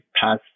pass